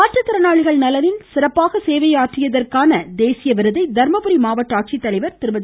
மாற்றுத்திறனாளிகள் நலனில் சிறப்பான சேவையாற்றியதற்கான தேசிய விருதை தர்மபுரி மாவட்ட ஆட்சித்தலைவர் திருமதி